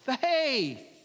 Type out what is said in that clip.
faith